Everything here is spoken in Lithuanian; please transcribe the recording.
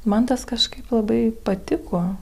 man tas kažkaip labai patiko